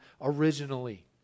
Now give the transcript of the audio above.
originally